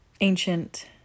ancient